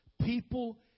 people